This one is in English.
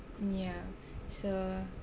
yah so